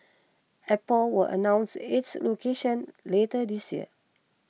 Apple will announce its location later this year